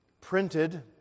printed